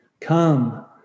come